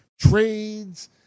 trades